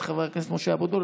את חבר הכנסת משה אבוטבול,